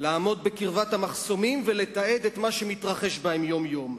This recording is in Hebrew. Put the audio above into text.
לעמוד בקרבת המחסומים ולתעד את מה שמתרחש בהם יום-יום,